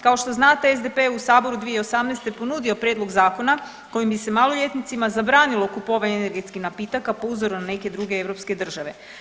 Kao što znate SDP je u saboru 2018. ponudio prijedlog zakona kojim bi se maloljetnicima zabranilo kupovanje energetskih napitaka po uzoru na neke druge europske države.